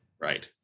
Right